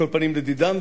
על כל פנים לדידם,